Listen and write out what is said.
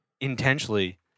intentionally